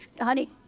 honey